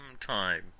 time